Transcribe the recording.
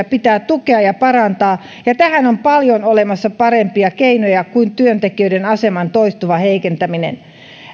pitää tukea ja parantaa ja tähän on olemassa monia parempia keinoja kuin työntekijän aseman toistuva heikentäminen